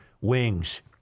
wings